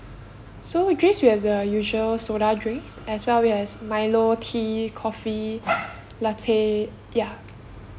so we drinks we have the usual soda drinks as well as milo tea coffee latte ya